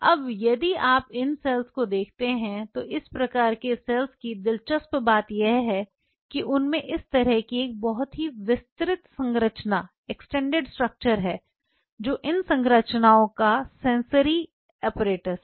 अब यदि आप इन सेल्स को देखते हैं तो इस प्रकार की सेल्स की दिलचस्प बात यह है कि उनमे इस तरह की एक बहुत ही विस्तारित संरचना है जो इन संरचनाओं का सेंसरी एपरेटस है